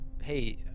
hey